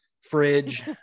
fridge